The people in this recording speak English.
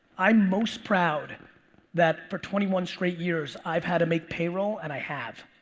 i'm most proud that for twenty one straight years, i've had to make payroll and i have.